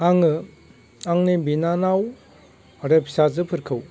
आङो आंनि बिनानाव आरो फिसाजोफोरखौ